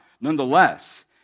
nonetheless